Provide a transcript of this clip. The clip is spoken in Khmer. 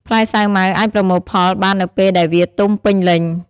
ផ្លែសាវម៉ាវអាចប្រមូលផលបាននៅពេលដែលវាទុំពេញលេញ។